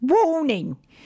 Warning